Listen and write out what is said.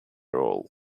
role